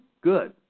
good